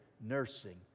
nursing